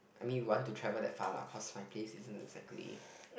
I mean you want to travel that far lah cause my place isn't exactly